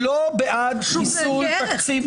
לא בעד כיסוי תקציב --- חשוב כערך.